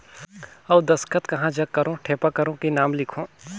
अउ दस्खत कहा जग करो ठेपा करो कि नाम लिखो?